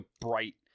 bright